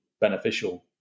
beneficial